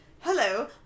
hello